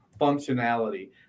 functionality